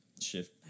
shift